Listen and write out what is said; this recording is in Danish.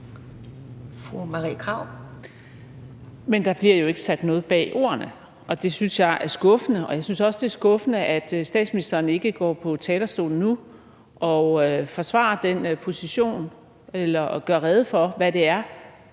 Men der bliver jo ikke sat noget bag ordene, og det synes jeg er skuffende. Jeg synes også, det er skuffende, at statsministeren ikke går på talerstolen nu, forsvarer den position og gør rede for, hvad det er,